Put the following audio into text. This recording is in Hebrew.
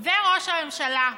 וראש הממשלה,